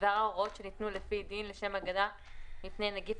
תקנה 13